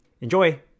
Enjoy